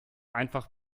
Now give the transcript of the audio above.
einfach